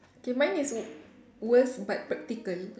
K mine is w~ worst but practical